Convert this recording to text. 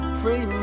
free